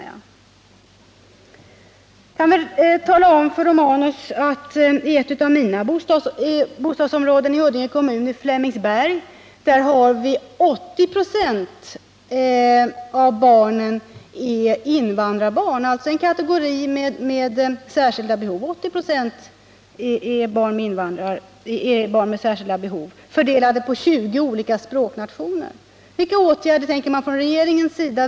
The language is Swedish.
Jag kan tala om för Gabriel Romanus att i ett bostadsområde i Flemingsberg i min hemkommun Huddinge är 80 96 av barnen invandrarbarn, som ju tillhör kategorin barn med särskilda behov. Dessa barn är fördelade på 20 olika språkgrupper.